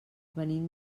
venim